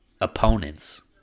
opponents